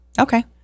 Okay